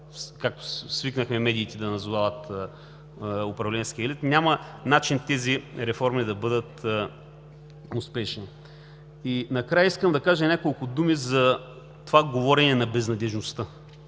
както свикнахме медиите да назовават управленския елит – няма начин тези реформи да бъдат успешни. И накрая искам да кажа няколко думи за това говорене за безнадеждността.